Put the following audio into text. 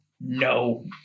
no